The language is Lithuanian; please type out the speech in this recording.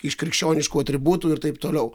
iš krikščioniškų atributų ir taip toliau